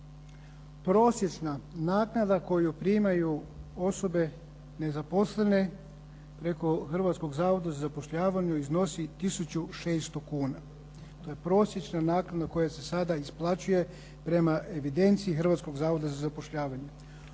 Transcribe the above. Prosječna naknada koju primaju osobe nezaposlene preko Hrvatskog zavoda za zapošljavanje iznosu tisuću 600 naknada. To je prosječna naknada koja se sada isplaćuje prema evidenciji Hrvatskog zavoda za zapošljavanje.